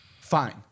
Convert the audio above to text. Fine